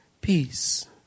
peace